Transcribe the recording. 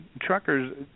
truckers